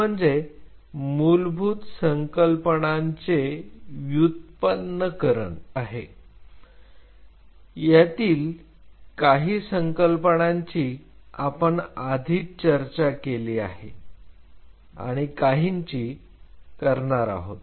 ते म्हणजे मूलभूत संकल्पनांचे व्युत्पन्नकरण आहे आणि यातील काही संकल्पनांची आपण आधीच चर्चा केली आहे आणि काहींची करणार आहोत